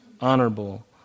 honorable